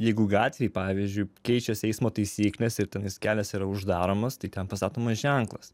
jeigu gatvėj pavyzdžiui keičiasi eismo taisyklės ir tenais kelias yra uždaromas tai ten pastatomas ženklas